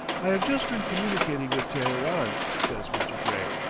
i have just been communicating with teheran, says mr. gray.